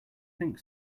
think